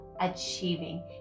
achieving